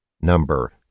number